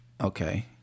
Okay